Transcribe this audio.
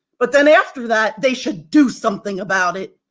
but then, after that, they should do something about it.